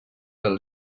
del